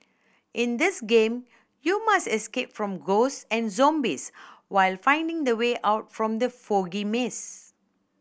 in this game you must escape from ghosts and zombies while finding the way out from the foggy maze